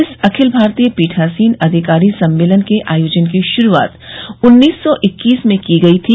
इस अखिल भारतीय पीठासीन अधिकारी सम्मेलन के आयोजन की शुरूआत उन्नीस सौ इक्कीस में की गई थी